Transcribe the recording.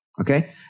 Okay